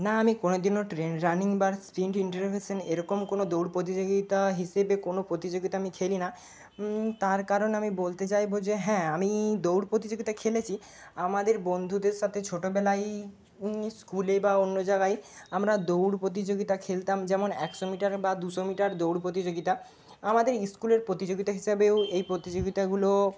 না আমি কোনো দিনও ট্রেন রানিং বা এরকম কোনো দৌড় প্রতিযোগিতা হিসেবে কোনো প্রতিযোগিতা আমি খেলি না তার কারণ আমি বলতে চাইবো যে হ্যাঁ আমি দৌড় প্রতিযোগিতা খেলেছি আমাদের বন্ধুদের সাথে ছোটোবেলাই স্কুলে বা অন্য জায়গায় আমরা দৌড় প্রতিযোগিতা খেলতাম যেমন একশো মিটার বা দুশো মিটার দৌড় প্রতিযোগিতা আমাদের স্কুলের প্রতিযোগিতা হিসাবে এই প্রতিযোগিতাগুলো